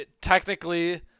technically